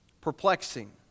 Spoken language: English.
perplexing